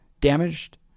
Damaged